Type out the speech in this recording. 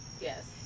Yes